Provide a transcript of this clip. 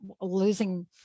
losing